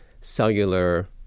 cellular